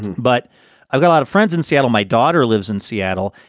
but i've got a lot of friends in seattle. my daughter lives in seattle.